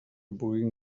puguin